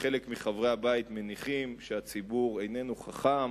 שחלק מחברי הבית מניחים שהציבור איננו חכם